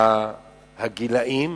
והגיל של